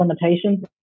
limitations